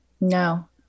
No